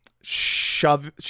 shove